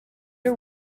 are